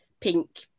pink